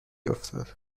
افتاد